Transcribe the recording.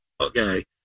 Okay